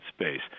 space